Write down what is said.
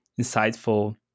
insightful